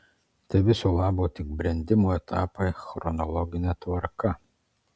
tai viso labo tik brendimo etapai chronologine tvarka